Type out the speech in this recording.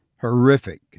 horrific